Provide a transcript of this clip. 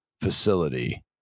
facility